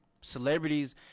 celebrities